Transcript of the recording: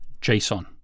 JSON